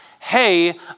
hey